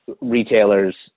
retailers